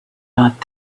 not